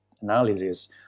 analysis